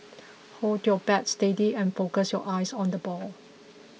hold your bat steady and focus your eyes on the ball